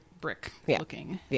brick-looking